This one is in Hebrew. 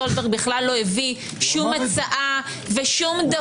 סולברג לא הביא שום הצעה ושום דבר.